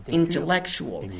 intellectual